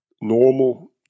normal